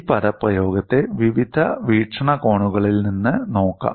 ഈ പദപ്രയോഗത്തെ വിവിധ വീക്ഷണകോണുകളിൽ നിന്ന് നോക്കാം